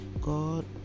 god